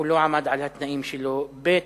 הוא לא עמד בתנאים שלו, ב.